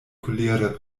kolere